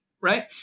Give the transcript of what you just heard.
Right